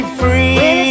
free